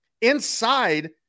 inside